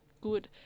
good